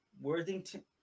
Worthington